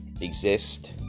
exist